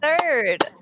Third